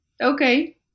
okay